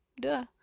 Duh